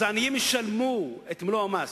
אז העניים ישלמו את מלוא המס.